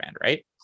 right